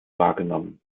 wahrgenommen